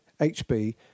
HB